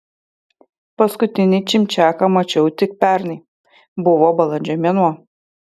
paskutinį čimčiaką mačiau tik pernai buvo balandžio mėnuo